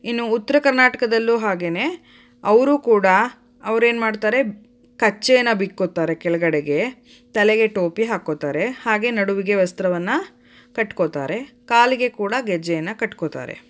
ಇನ್ನು ಉತ್ತರ ಕರ್ನಾಟಕದಲ್ಲೂ ಹಾಗೇನೆ ಅವರೂ ಕೂಡ ಅವ್ರೇನು ಮಾಡ್ತಾರೆ ಕಚ್ಚೆನ ಬಿಗ್ಗ್ಕೋತಾರೆ ಕೆಳಗಡೆಗೆ ತಲೆಗೆ ಟೋಪಿ ಹಾಕ್ಕೋತಾರೆ ಹಾಗೆ ನಡುವಿಗೆ ವಸ್ತ್ರವನ್ನು ಕಟ್ಕೋತಾರೆ ಕಾಲಿಗೆ ಕೂಡ ಗೆಜ್ಜೆಯನ್ನು ಕಟ್ಕೋತಾರೆ